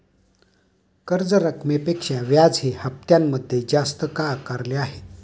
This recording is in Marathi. कर्ज रकमेपेक्षा व्याज हे हप्त्यामध्ये जास्त का आकारले आहे?